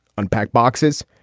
unpack boxes,